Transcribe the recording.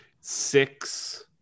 six